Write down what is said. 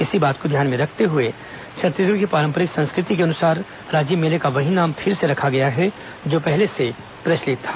इसी बात को ध्यान में रखते हुए छत्तीसगढ़ की पारंपरिक संस्कृति के अनुसार राजिम मेले का वही नाम फिर से रखा गया है जो पहले से प्रचलित था